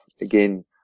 again